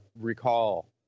recall